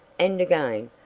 and again,